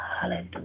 hallelujah